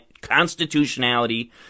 constitutionality